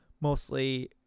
mostly